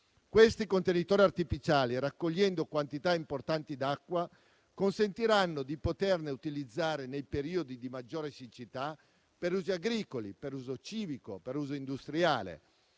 Questi contenitori artificiali, raccogliendo quantità importanti di acqua, consentiranno di poterle utilizzare, nei periodi di maggiore siccità, per usi agricoli, per uso civico, per uso industriale.